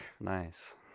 Nice